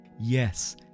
yes